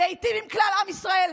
להיטיב עם כלל עם ישראל,